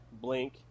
blink